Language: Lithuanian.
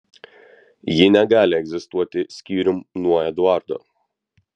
ji negali egzistuoti skyrium nuo eduardo